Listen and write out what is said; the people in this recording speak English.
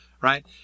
Right